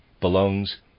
belongs